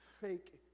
fake